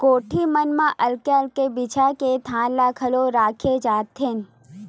कोठी मन म अलगे अलगे बिजहा के धान ल घलोक राखे जाथेन